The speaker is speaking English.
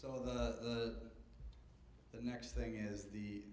so the next thing is the